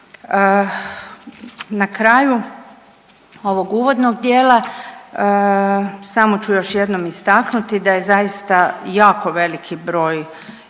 Na kraju ovog uvodnog dijela samo ću još jednom istaknuti da je zaista jako veliki broj i